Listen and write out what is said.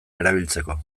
erabiltzeko